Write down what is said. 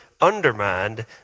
undermined